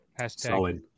Hashtag